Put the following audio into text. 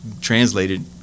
translated